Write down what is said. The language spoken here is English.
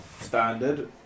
standard